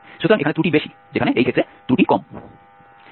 সুতরাং এখানে ত্রুটি বেশি যেখানে এই ক্ষেত্রে ত্রুটি কম